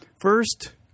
first